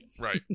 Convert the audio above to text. Right